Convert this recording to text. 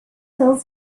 hill